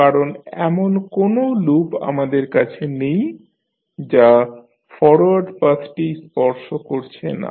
কারণ এমন কোনও লুপ আমাদের কাছে নেই যা ফরোয়ার্ড পাথটি স্পর্শ করছে না